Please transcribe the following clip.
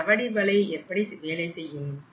சவடிவளை எப்படி வேலை செய்யும்